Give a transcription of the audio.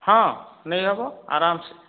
ହଁ ନେଇହେବ ଆରାମ ସେ